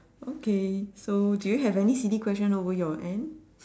okay so do you have any silly question over your end